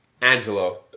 Angelo